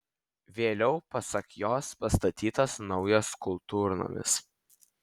vėliau pasak jos pastatytas naujas kultūrnamis